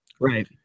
right